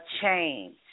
change